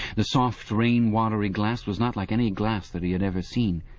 the soft, rainwatery glass was not like any glass that he had ever seen.